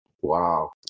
Wow